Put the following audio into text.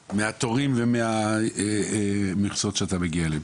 מהתורים ומהמכסות שאתה מגיע אליהם.